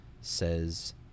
Says